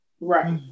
Right